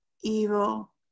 evil